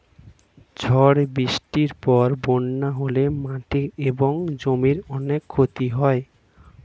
ঝড় বৃষ্টির পরে বন্যা হলে মাটি এবং জমির অনেক ক্ষতি হয়